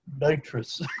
Nitrous